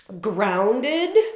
grounded